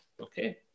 Okay